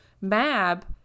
Mab